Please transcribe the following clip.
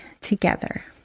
together